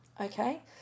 Okay